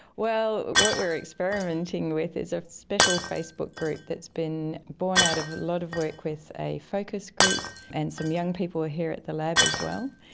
well, what we are experimenting with is a special facebook group that has been born out of a lot of work with a focus group and some young people ah here at the lab as well,